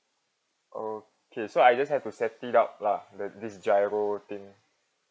okay so I just have to set it up lah the this giro thing